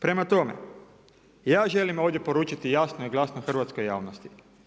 Prema tome, ja želim ovdje poručiti jasno i glasno hrvatskoj javnosti.